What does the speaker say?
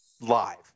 live